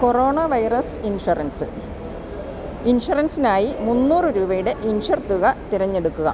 കൊറോണോ virus insurance ഇൻഷുറൻസിനായി മുന്നൂറ് രൂപയുടെ ഇൻഷുർ തുക തിരഞ്ഞെടുക്കുക